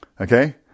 Okay